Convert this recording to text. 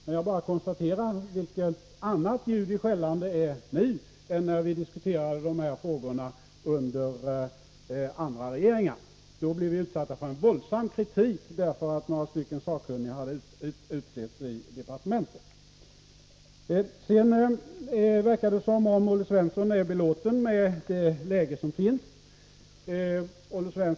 Men jag konstaterar bara vilket annat ljud i skällan det är nu än när vi diskuterade dessa frågor under andra regeringar. Då blev vi utsatta för en våldsam kritik, därför att några sakkunniga hade utsetts i departementen. Det verkade som om Olle Svensson är belåten med det nuvarande läget.